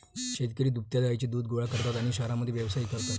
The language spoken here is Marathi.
शेतकरी दुभत्या गायींचे दूध गोळा करतात आणि शहरांमध्ये व्यवसायही करतात